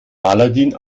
aladin